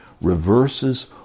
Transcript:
reverses